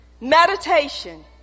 Meditation